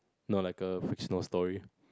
no like a fictional story